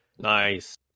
nice